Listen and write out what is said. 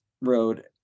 road